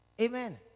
Amen